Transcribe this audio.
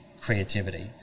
creativity